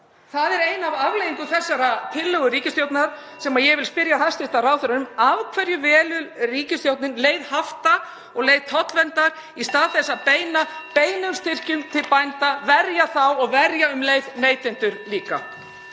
Það er ein af afleiðingum þessarar tillögu ríkisstjórnarinnar sem ég vil spyrja hæstv. ráðherra um: Af hverju velur ríkisstjórnin leið hafta og leið tollverndar í stað þess að beina beinum styrkjum til bænda, verja þá og verja neytendur um